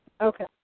Okay